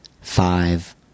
five